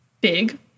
big